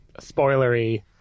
spoilery